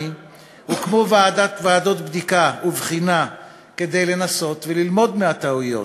הוקמו ועדות בדיקה ובחינה כדי לנסות ללמוד מטעויות,